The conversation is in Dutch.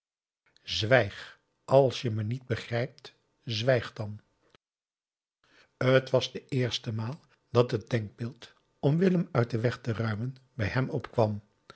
zwijg als je me niet begrijpt zwijg dan t was de eerste maal dat het denkbeeld om willem uit den weg te ruimen bij hem opkwam